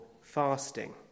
fasting